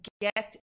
get